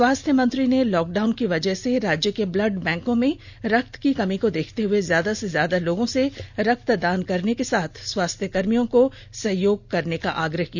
स्वास्थ्य मंत्री ने लॉकडाउन की वजह से राज्य के ब्लड बैंकों में रक्त की कमी को देखते हए ज्यादा से ज्यादा लोगों से रक्तदान करने के साथ स्वास्थ्यकर्मियों को सहयोग करने का आग्रह किया